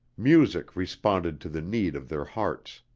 music responded to the need of their hearts.